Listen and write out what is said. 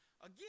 Again